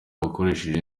bakoresheje